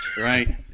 Right